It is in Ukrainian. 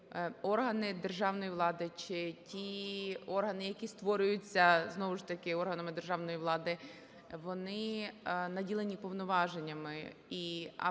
органи державної влади чи ті органи, які створюються, знову ж таки, органами державної влади, вони наділені повноваженнями, в той